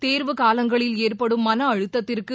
தோ்வு காலங்களில் ஏற்படும் மன அழுத்தத்திற்கு